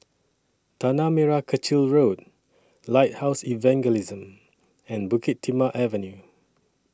Tanah Merah Kechil Road Lighthouse Evangelism and Bukit Timah Avenue